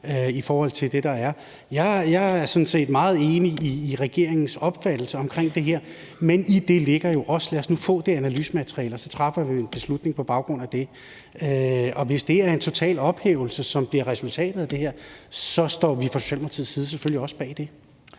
set meget enig i regeringens opfattelse af det her, men i det ligger jo også, at vi nu skal have det analysemateriale, og at så træffer vi en beslutning på baggrund af det. Hvis det er en total ophævelse, som bliver resultatet af det her, så står vi fra Socialdemokratiets side